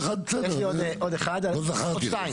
הוולקחש"פ.